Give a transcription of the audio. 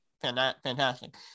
fantastic